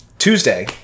Tuesday